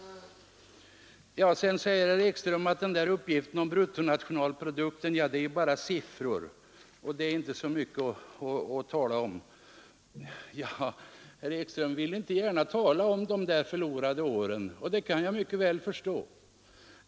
Vidare framhöll herr Ekström att uppgiften om bruttonationalprodukten bara är siffror och inte så mycket att tala om. Herr Ekström vill inte gärna tala om de förlorade åren, vilket jag mycket väl kan förstå.